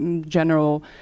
general